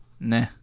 Nah